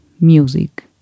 music